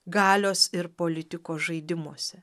galios ir politikos žaidimuose